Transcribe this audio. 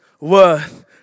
worth